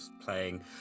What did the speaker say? playing